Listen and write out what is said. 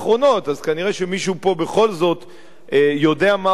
אז כנראה מישהו פה בכל זאת יודע מה הוא עושה,